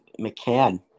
McCann